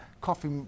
coffee